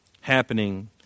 happening